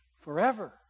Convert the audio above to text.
forever